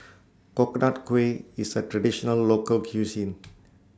Coconut Kuih IS A Traditional Local Cuisine